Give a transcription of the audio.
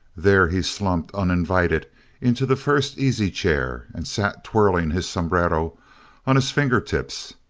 there he slumped uninvited into the first easy chair and sat twirling his sombrero on his finger-tips,